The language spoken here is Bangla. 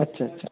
আচ্ছা আচ্ছা